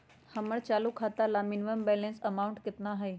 हमर चालू खाता ला मिनिमम बैलेंस अमाउंट केतना हइ?